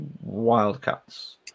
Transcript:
Wildcats